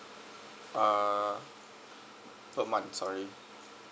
uh per month sorry